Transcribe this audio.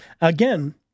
Again